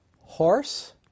horse